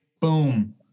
Boom